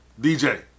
DJ